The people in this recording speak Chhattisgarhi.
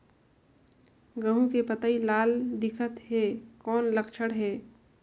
गहूं के पतई लाल दिखत हे कौन लक्षण हे?